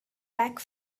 back